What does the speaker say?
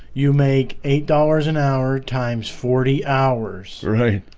you make eight dollars an hour times forty hours right?